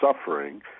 suffering